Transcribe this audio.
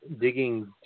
digging